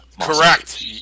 Correct